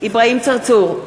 אברהים צרצור,